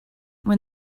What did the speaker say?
when